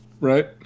Right